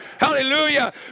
hallelujah